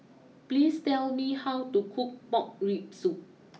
please tell me how to cook Pork Rib Soup